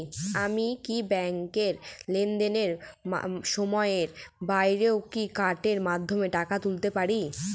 আমি কি ব্যাংকের লেনদেনের সময়ের বাইরেও কার্ডের মাধ্যমে টাকা পেতে পারি?